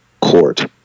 court